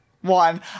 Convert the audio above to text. one